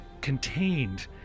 contained